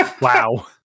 Wow